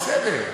בסדר,